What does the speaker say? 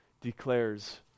declares